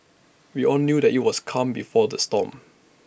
we all knew that IT was calm before the storm